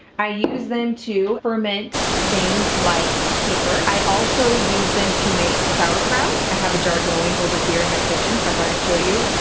i use them to ferment things like kefir. i also use them to make sauerkraut. i have a jar going over here in my kitchen so i thought i'd show you.